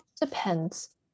depends